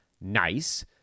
nice